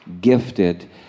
gifted